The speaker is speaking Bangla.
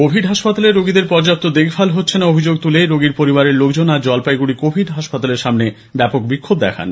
কোভিড হাসপাতালে রোগীদের পর্যাপ্ত দেখভাল হচ্ছে না অভিযোগ তুলে রোগীর পরিবারের লোকজন আজ জলপাইগুড়ি কোভিড হাসপাতালের সামনে ব্যাপক বিক্ষোভ দেখান